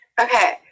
Okay